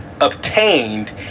Obtained